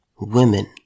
Women